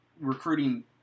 recruiting